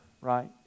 right